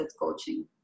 coaching